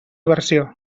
versió